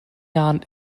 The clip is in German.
jahren